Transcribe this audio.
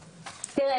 תראה,